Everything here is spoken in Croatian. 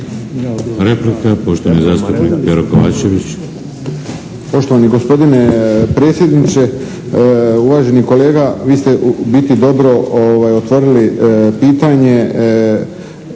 Replika, poštovani zastupnik Pero Kovačević. **Kovačević, Pero (HSP)** Poštovani gospodine predsjedniče. Uvaženi kolega vi ste u biti dobro otvorili pitanje